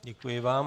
Děkuji vám.